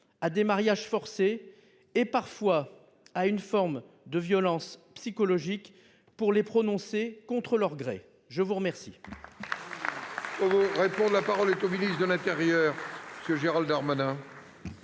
à des mariages forcés, et parfois à une forme de violence psychologique pour qu'ils les prononcent contre leur gré ? La parole